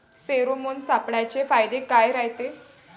Pheromone सापळ्याचे फायदे काय रायते?